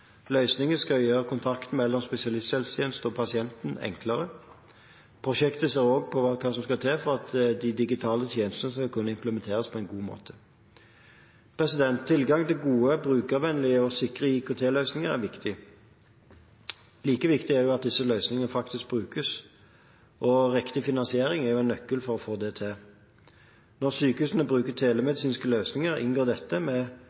skal gjøre kontakten mellom spesialisthelsetjenesten og pasienten enklere. Prosjektet ser også på hva som skal til for at de digitale tjenestene skal kunne implementeres på en god måte. Tilgang til gode, brukervennlige og sikre IKT-løsninger er viktig. Like viktig er det at disse løsningene faktisk brukes, og riktig finansiering er en nøkkel for å få det til. Når sykehusene bruker telemedisinske løsninger, inngår dette,